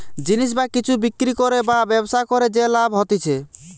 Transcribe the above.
জিনিস বা কিছু বিক্রি করে বা ব্যবসা করে যে লাভ হতিছে